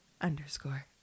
underscore